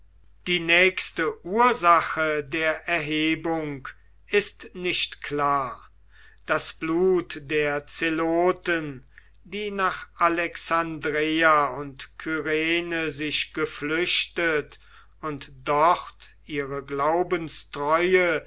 die nächste ursache der erhebung ist nicht klar das blut der zeloten die nach alexandreia und kyrene sich geflüchtet und dort ihre glaubenstreue